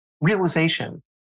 realization